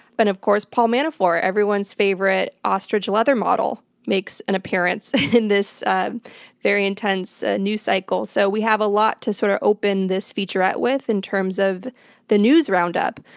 but of course paul manafort, everyone's favorite ostrich leather model, makes an appearance in this very intense ah news cycle, so we have a lot to sort of open this featurette with in terms of the news roundup.